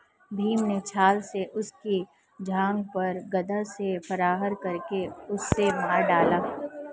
भीम ने छ्ल से उसकी जांघ पर गदा से प्रहार करके उसे मार डाला